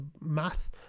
math